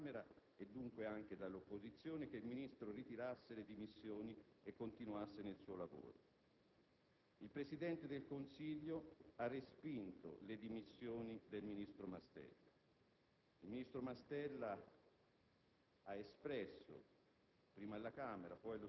Pressoché all'unanimità è stato chiesto dalla Camera, e dunque anche dalle opposizioni, che il Ministro ritirasse le dimissioni e continuasse nel suo lavoro. Il Presidente del Consiglio ha respinto le dimissioni del ministro Mastella. Il ministro Mastella ha